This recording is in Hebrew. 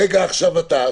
רגע עכשיו אתה.